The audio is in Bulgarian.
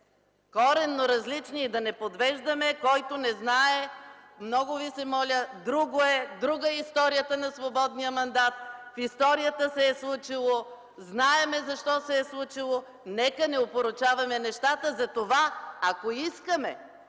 Коренно различни! Да не подвеждаме, който не знае! Много ви се моля, друга е историята на свободния мандат – в историята се е случило, знаем защо се е случило, нека не опорочаваме нещата! Затова, ако искаме